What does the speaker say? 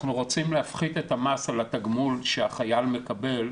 אנחנו רוצים להפחית את המס על התגמול שהחייל מקבל,